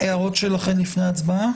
הערות שלכם לפני ההצבעה?